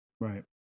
right